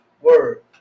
Word